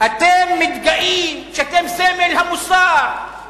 אתם מתגאים שאתם סמל המוסר.